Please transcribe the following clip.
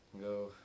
go